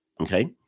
Okay